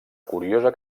curiosa